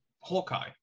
Hawkeye